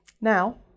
Now